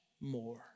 more